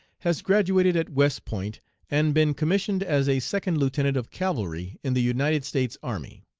has graduated at west point and been commissioned as a second lieutenant of cavalry in the united states army.